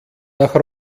nach